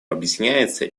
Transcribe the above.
объясняется